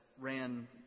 ran